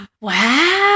Wow